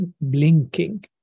blinking